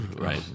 right